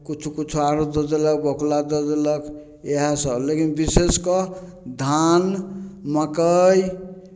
कुछो कुछो आरो दऽ देलक दऽ देलक इएह सब लेकिन विशेष कऽ धान मक्कइ